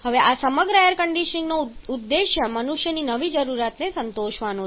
હવે આ સમગ્ર એર કન્ડીશનીંગનો ઉદ્દેશ્ય મનુષ્યની નવી જરૂરિયાતને સંતોષવાનો છે